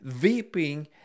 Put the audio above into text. weeping